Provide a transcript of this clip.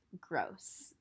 gross